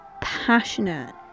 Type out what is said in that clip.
passionate